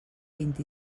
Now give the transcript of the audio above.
vint